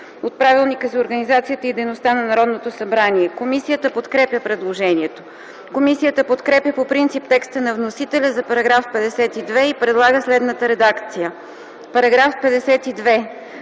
от Правилника за организацията и дейността на Народното събрание. Комисията подкрепя предложението. Комисията подкрепя по принцип текста на вносителя за § 52 и предлага следната редакция: „§ 52.